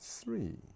Three